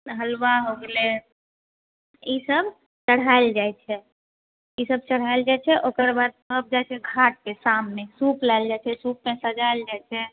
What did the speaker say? हलवा हो गेलै ई सब चढ़ायल जाइ छै ई सब चढ़ायल जाइ छै ओकरबाद सब जाइ छै घाट पे शाम मे सुप लाएल जाइ छै सुप मे सजायल जाइ छै